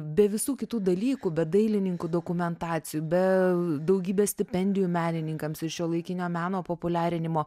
be visų kitų dalykų be dailininkų dokumentacijų be daugybės stipendijų menininkams ir šiuolaikinio meno populiarinimo